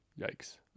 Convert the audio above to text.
Yikes